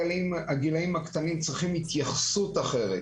הגילאים הקטנים צריכים התייחסות אחרת.